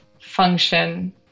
function